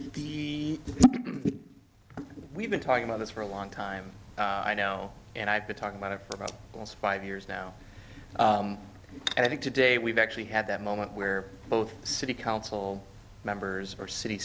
we've been talking about this for a long time i know and i've been talking about it for about five years now and i think today we've actually had that moment where both city council members or city